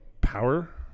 Power